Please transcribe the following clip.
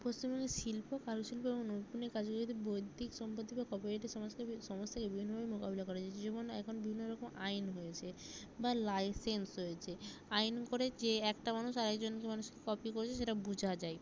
পশ্চিমবঙ্গের শিল্প কারু শিল্প এবং নৈপুণ্যের কাজে যদি বৈদ্যুতিক সম্পত্তি বা কপিরাইটের সমস্যা সমস্যাকে বিভিন্নভাবে মোকাবিলা করা যায় যেমন এখন বিভিন্ন রকম আইন হয়েছে বা লাইসেন্স হয়েছে আইন করে যে একটা মানুষ আর একজনকে মানুষকে কপি করেছে সেটা বোঝা যায়